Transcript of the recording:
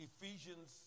Ephesians